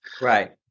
right